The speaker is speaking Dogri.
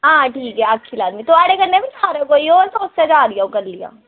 आं ठीक ऐ आक्खी लैन्नी आं ते थुआढ़े कन्नै बी जन्नी आं